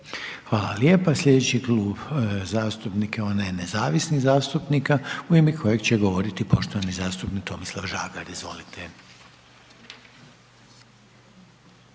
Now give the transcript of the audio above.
Hvala lijepo. Sljedeći je Klub zastupnika onaj nezavisnih zastupnika, u ime kojeg će govoriti poštovani zastupnik Tomislav Žagar, izvolite.